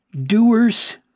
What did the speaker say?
doers